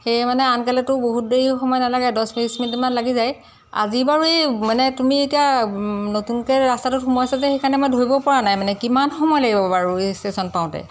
সেয়ে মানে আনকালেতো বহুত দেৰি সময় নালাগে দছ বিছ মিনিটমান লাগি যায় আজি বাৰু এই মানে তুমি এতিয়া নতুনকৈ ৰাস্তাটোত সুমুৱাইছা যে সেইকাৰণে মই ধৰিব পৰা নাই মানে কিমান সময় লাগিব বাৰু এই ষ্টেচন পাওঁতে